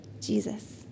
Jesus